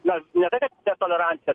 na ne tai kad netoleranciją